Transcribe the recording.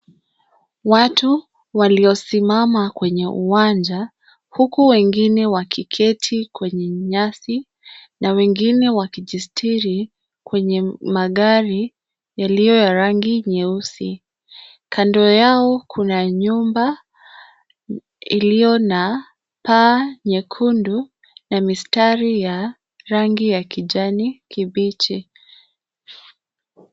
Watu waliosimama kwenye uwanja huku wengine wakiketi kwenye nyasi na wengine wakijisetiri kwenye magari yaliyo ya rangi nyeusi. Kando yao kuna nyumba iliyo na paa nyekundu na mistari ya rangi ya kijani kibichi.